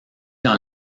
dans